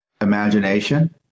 imagination